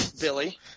Billy